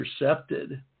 intercepted